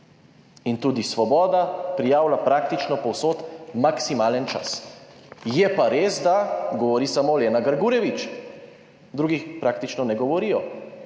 In tudi Svoboda prijavlja praktično povsod maksimalen čas, je pa res, da govori samo Lena Grgurevič! Drugi praktično ne govorijo.